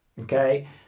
Okay